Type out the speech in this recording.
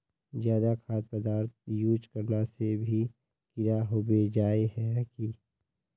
ज्यादा खाद पदार्थ यूज करना से भी कीड़ा होबे जाए है की?